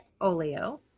Oleo